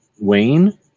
Wayne